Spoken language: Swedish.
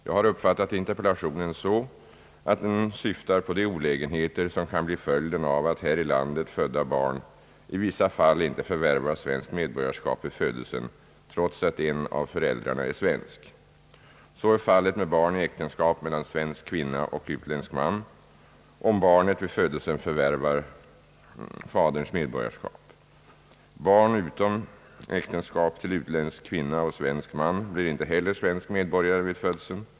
Jag har uppfattat interpellationen så att den syftar på de olägenheter som kan bli följden av att här i landet födda barn i vissa fall inte förvärvar svenskt medborgarskap vid födelsen, trots att en av föräldrarna är svensk. Så är fallet med barn i äktenskap mellan svensk kvinna och utländsk man, om barnet vid födelsen förvärvar faderns medborgarskap. Barn utom äktenskap till utländsk kvinna och svensk man blir inte heller svensk medborgare vid födelsen.